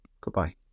Goodbye